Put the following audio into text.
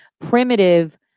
primitive